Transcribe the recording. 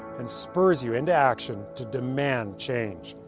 and spurs you into action to demand change.